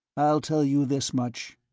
i'll tell you this much,